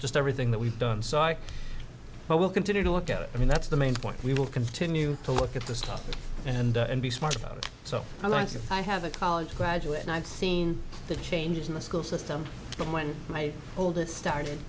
just everything that we've done so i will continue to look at it i mean that's the main point we will continue to look at the stuff and be smart about it so i don't think i have a college graduate and i've seen the changes in the school system from when my oldest started